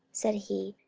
said he,